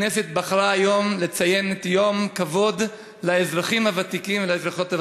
הכנסת בחרה היום לציין יום כבוד לאזרחים הוותיקים ולאזרחיות הוותיקות.